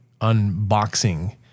unboxing